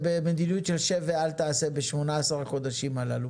במדיניות של שב ואל תעשה ב-18 החודשים הללו?